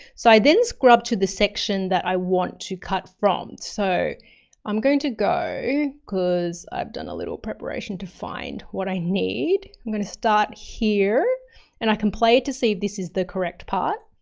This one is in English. so i then scrubbed to the section that i want to cut from. so i'm going to go, because i've done a little preparation to find what i need, i'm going to start here and i can play it to see if this is the correct part.